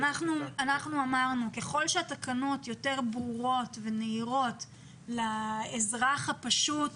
אנחנו אמרנו שככל שהתקנות יותר ברורות ונהירות לאזרח הפשוט,